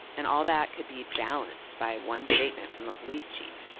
and all that could be balanced by one statement from a police chief.